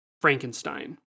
Frankenstein